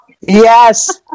Yes